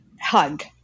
Hug